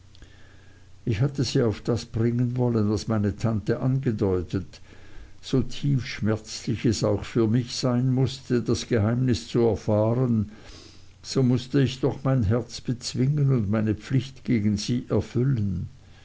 ich hatte sie auf das bringen wollen was meine tante angedeutet so tief schmerzlich es auch für mich sein mußte das geheimnis zu erfahren so mußte ich doch mein herz bezwingen und meine pflicht gegen sie erfüllen